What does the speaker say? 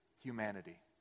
humanity